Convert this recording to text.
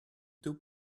two